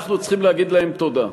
אנחנו צריכים להגיד להם תודה.